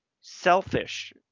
selfish